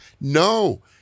no